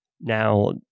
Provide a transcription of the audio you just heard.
Now